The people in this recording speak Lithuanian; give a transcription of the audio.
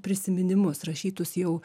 prisiminimus rašytus jau